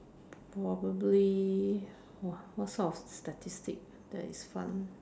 probably !wah! what sort of statistic that is fun